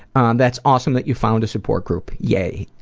and that's awesome that you found a support group, yay.